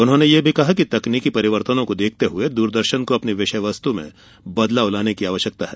उन्होंने यह भी कहा कि तकनीकी परिवर्तनों को देखते हुए दूरदर्शन को अपनी विषयवस्तु में बदलाव लाने की जरूरत है